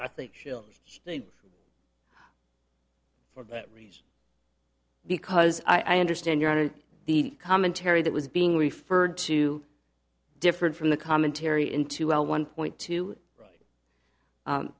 i think she'll think for that reason because i understand you're in the commentary that was being referred to different from the commentary into al one point two